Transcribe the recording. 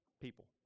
people